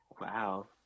Wow